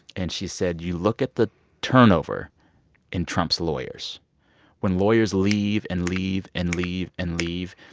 and she said, you look at the turnover in trump's lawyers when lawyers leave and leave and leave and leave,